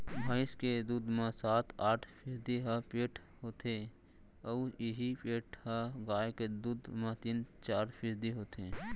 भईंस के दूद म सात आठ फीसदी ह फेट होथे अउ इहीं फेट ह गाय के दूद म तीन चार फीसदी होथे